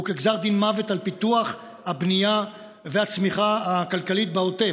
הוא כגזר דין מוות על פיתוח הבנייה והצמיחה הכלכלית בעוטף.